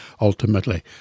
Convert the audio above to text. ultimately